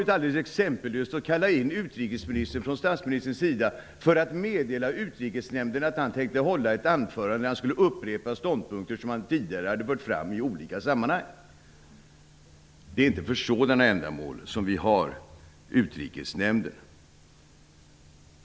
Det hade varit exempellöst av statsministern att kalla in utrikesministern för att meddela Utrikesnämnden att han tänkte hålla ett anförande där han skulle upprepa ståndpunkter som han tidigare hade fört fram i olika sammanhang! Det är inte för sådana ändamål som vi har Utrikesnämnden.